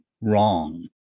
wrong